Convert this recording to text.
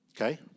Okay